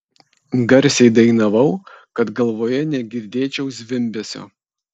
garsiai dainavau kad galvoje negirdėčiau zvimbesio